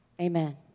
Amen